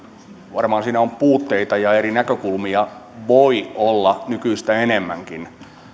varmaan voi olla puutteita ja eri näkökulmia voi olla nykyistä enemmänkin